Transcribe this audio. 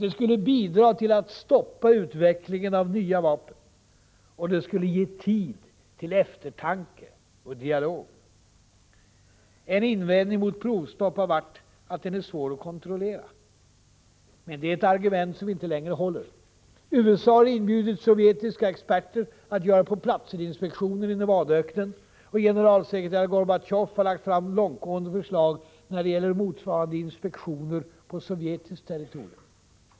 Det skulle bidra till att stoppa utvecklingen av nya vapen. Och det skulle ge tid till eftertanke och dialog. En invändning mot provstopp har varit att det är svårt att kontrollera. Men det är ett argument som inte längre håller. USA har inbjudit sovjetiska experter att göra på-platsen-inspektioner i Nevadaöknen, och generalsekreterare Gorbatjov har lagt fram långtgående förslag när det gäller motsvarande inspektioner på sovjetiskt territorium.